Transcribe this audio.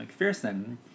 mcpherson